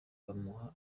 bamuha